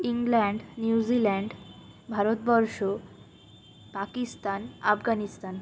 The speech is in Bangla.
England New Zealand Bharatvarsha Pakistan Afghanistan